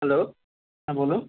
hello হ্যাঁ বলুন